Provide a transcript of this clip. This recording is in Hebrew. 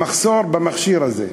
המחסור במכשיר הזה.